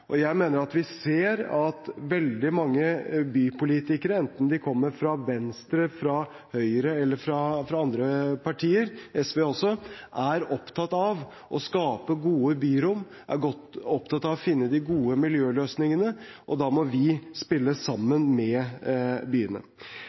Vi ser at veldig mange bypolitikere – enten de kommer fra Venstre, fra Høyre, fra SV eller fra andre partier – er opptatt av å skape gode byrom og å finne de gode miljøløsningene. Da må vi spille